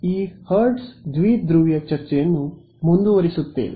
ಆದ್ದರಿಂದ ನಾವು ಈ ಹರ್ಟ್ಜ್ ದ್ವಿಧ್ರುವಿಯ ಚರ್ಚೆಯನ್ನು ಮುಂದುವರಿಸುತ್ತೇವೆ